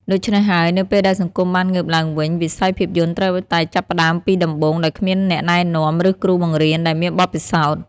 ដូច្នេះហើយ នៅពេលដែលសង្គមបានងើបឡើងវិញ វិស័យភាពយន្តត្រូវតែចាប់ផ្តើមពីដំបូង ដោយគ្មានអ្នកណែនាំ ឬគ្រូបង្រៀនដែលមានបទពិសោធន៍។